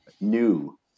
new